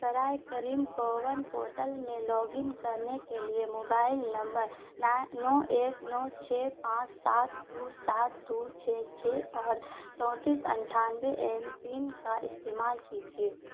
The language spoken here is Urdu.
برائے کریم کوون پورٹل میں لاگن کرنے کے لیے موبائل نمبر نو ایک نو چھ پانچ سات دو سات دو چھ چھ اور چونتیس اٹھانوے ایم پن کا استعمال کیجیے